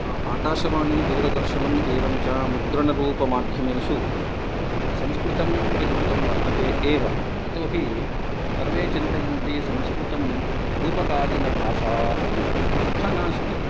आकाशवाणी दूरदर्शनम् एवञ्च मुद्रणरूपमाध्यमेषु संस्कृतम् उपयुक्तं वर्तते एव यतोहि सर्वे चिन्तयन्ति संस्कृतं पूर्वकालीनभाषा इति तथा नास्ति